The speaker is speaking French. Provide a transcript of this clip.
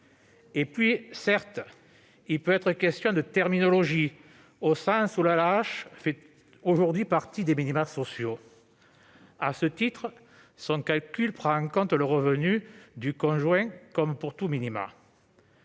Il peut aussi être question de terminologie, au sens où l'AAH fait aujourd'hui partie des minima sociaux. À ce titre, son calcul prend en compte le revenu du conjoint, comme pour tout minimum.